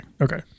Okay